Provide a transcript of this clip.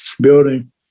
building